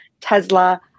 Tesla